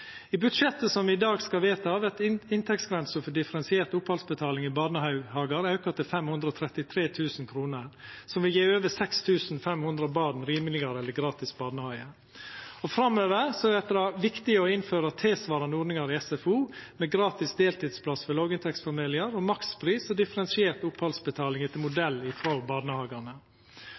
I budsjettet som me i dag skal vedta, vert inntektsgrensa for differensiert opphaldsbetaling i barnehagar auka til 533 000 kr, som vil gje over 6 500 barn rimelegare eller gratis barnehage. Framover vert det viktig å innføra tilsvarande ordningar i SFO med gratis deltidsplass for låginntektsfamiliar og makspris og differensiert opphaldsbetaling etter modell frå barnehagane.